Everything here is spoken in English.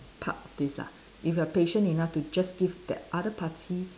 part of this lah if you are patient enough to just give that other party